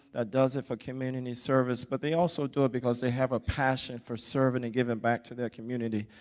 that does it for community service, but they also do it because they have a passion for serving and giving back to their community,